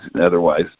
otherwise